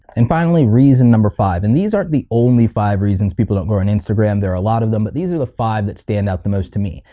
and finally, reason number five, and these aren't the only five reasons people don't grow on and instagram, there are a lot of them but these are the five that stand out the most to me,